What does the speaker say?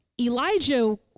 Elijah